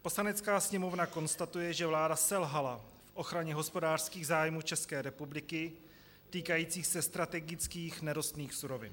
Poslanecká sněmovna konstatuje, že vláda selhala v ochraně hospodářských zájmů České republiky týkajících se strategických nerostných surovin.